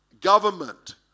government